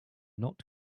not